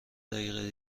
دقیقه